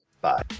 bye